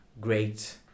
great